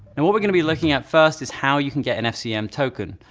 and what we're going to be looking at first is how you can get an fcm token,